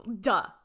Duh